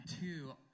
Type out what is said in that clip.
two